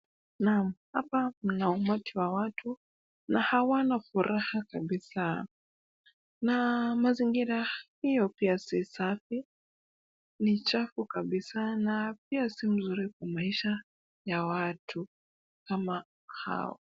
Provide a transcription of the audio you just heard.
Naam, hapa mna umati wa watu na hawana furaha kabisa. Na mazingira hiyo pia si safi. Ni chafu kabisa, na pia sio mzuri kwa maisha ya watu kama hao.